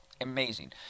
amazing